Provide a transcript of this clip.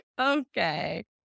okay